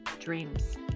dreams